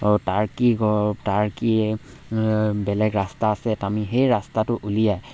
তাৰ কি তাৰ কি বেলেগ ৰাস্তা আছে আমি সেই ৰাস্তাটো উলিয়াই